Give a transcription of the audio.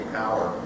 power